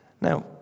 Now